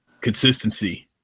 consistency